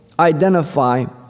identify